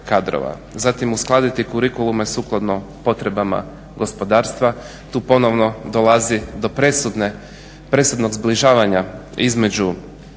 Zatim uskladiti kurikulume sukladno potrebama gospodarstva, tu ponovno dolazi do presudne, presudnog zbližavanja između